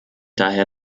daher